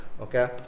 Okay